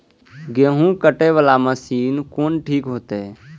गेहूं कटे वाला मशीन कोन ठीक होते?